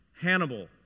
Hannibal